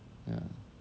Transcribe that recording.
ya